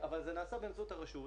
אבל זה נעשה באמצעות הרשות,